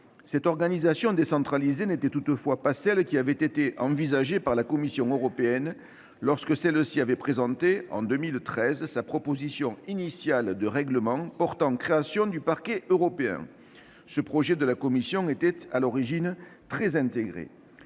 Cette organisation décentralisée n'était toutefois pas celle qui avait été envisagée par la Commission européenne lorsque celle-ci avait présenté, en 2013, sa proposition initiale de règlement portant création du Parquet européen. Ce projet de la Commission était, à l'origine, très intégré